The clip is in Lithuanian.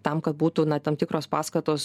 tam kad būtų tam tikros paskatos